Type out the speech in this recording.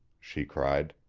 she cried.